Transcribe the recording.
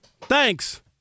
Thanks